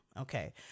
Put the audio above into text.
Okay